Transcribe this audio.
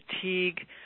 fatigue